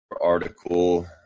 article